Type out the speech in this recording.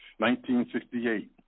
1968